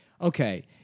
okay